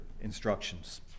instructions